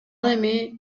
эми